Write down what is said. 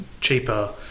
cheaper